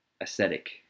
aesthetic